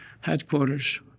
headquarters